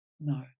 no